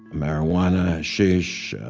marijuana, hashish,